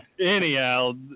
Anyhow